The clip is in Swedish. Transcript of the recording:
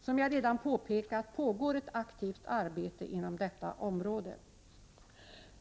Som jag redan påpekat pågår ett aktivt arbete inom detta område.